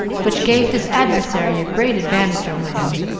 which gave his adversary a great advantage over him.